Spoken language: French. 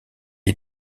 est